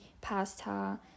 pasta